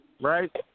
right